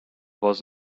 was